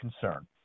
concern